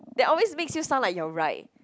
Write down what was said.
that always makes you sound like you're right